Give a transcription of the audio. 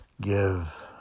give